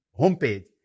homepage